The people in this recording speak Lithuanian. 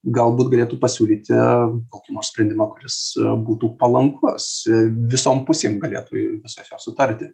galbūt galėtų pasiūlyti kokį nors sprendimą kuris būtų palankus visom pusėm galėtų visos jos sutarti